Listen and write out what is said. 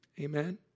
Amen